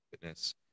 fitness